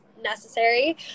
necessary